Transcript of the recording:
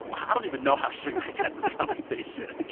i don't even know how suge knight. got in this conversation.